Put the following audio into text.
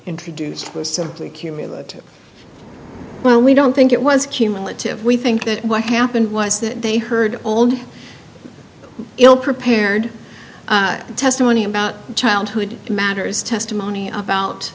introduced was simply cumulative well we don't think it was cumulative we think that what happened was that they heard all the ill prepared testimony about childhood matters testimony about